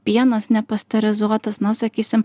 pienas nepasterizuotas na sakysim